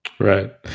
Right